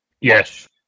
Yes